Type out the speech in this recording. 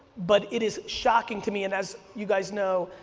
but it is shocking to me and as you guys know,